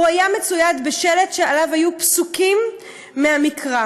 הוא היה מצויד בשלט שעליו היו פסוקים מהמקרא.